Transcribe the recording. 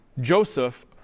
Joseph